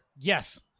Yes